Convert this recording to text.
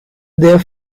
their